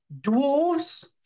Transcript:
dwarves